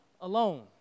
alone